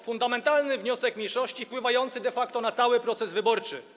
Fundamentalny wniosek mniejszości wpływający de facto na cały proces wyborczy.